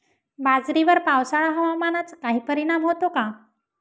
बाजरीवर पावसाळा हवामानाचा काही परिणाम होतो का?